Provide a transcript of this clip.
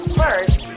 first